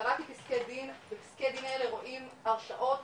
קראתי פסקי דין ופסקי דין האלה רואים הרשעות